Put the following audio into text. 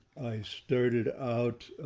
i started out